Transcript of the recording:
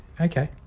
Okay